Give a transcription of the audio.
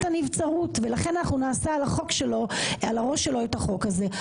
הנבצרות ולכן אנחנו נעשה על הראש שלו את החוק הזה.